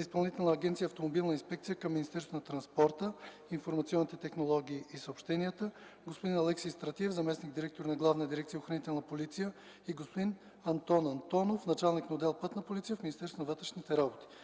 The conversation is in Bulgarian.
Изпълнителна агенция „Автомобилна инспекция” към Министерството на транспорта, информационните технологии и съобщенията, господин Алекси Стратиев - заместник-директор на Главна дирекция „Охранителна полиция”, и господин Антон Антонов – началник на отдел „Пътна полиция” в Министерството на вътрешните работи.